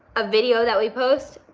a video that we post?